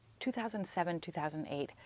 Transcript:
2007-2008